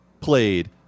played